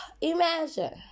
Imagine